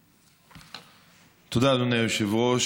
תודה, אדוני היושב-ראש.